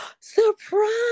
surprise